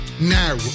now